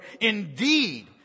indeed